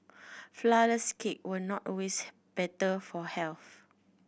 flourless cake were not always better for health